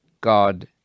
God